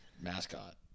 Mascot